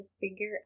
figure